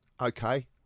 Okay